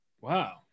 Wow